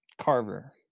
carver